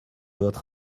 votre